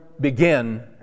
begin